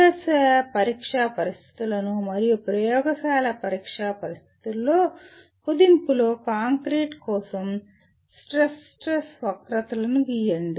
ఆదర్శ పరీక్ష పరిస్థితులు మరియు ప్రయోగశాల పరీక్ష పరిస్థితులలో కుదింపులో కాంక్రీటు కోసం స్ట్రెస్ స్ట్రైన్ వక్రతలను గీయండి